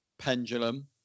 pendulum